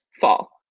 fall